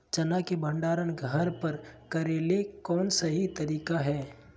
चना के भंडारण घर पर करेले कौन सही तरीका है?